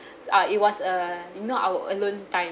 uh it was err not our alone time